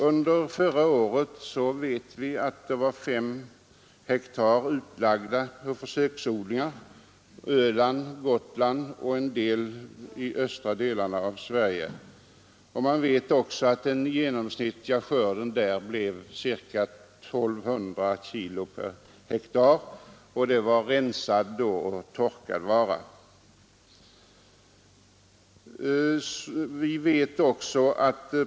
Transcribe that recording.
Under år 1972 var 5 hektar utlagda för försöksodlingar på Öland och Gotland och i de östra delarna i Sverige. Den genomsnittliga skörden där blev ca 1 200 kg per hektar, torkad och rensad vara.